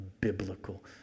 biblical